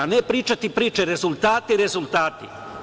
Ne pričati priče, nego rezultati i rezultati.